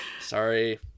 Sorry